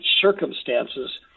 circumstances